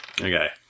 Okay